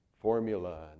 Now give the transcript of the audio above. formula